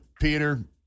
Peter